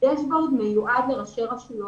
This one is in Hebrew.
דש-בורד מיועד לראשי רשויות.